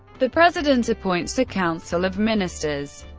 the president appoints a council of ministers,